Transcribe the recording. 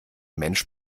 mensch